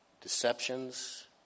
Deceptions